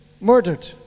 murdered